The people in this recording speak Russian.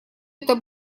это